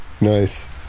Nice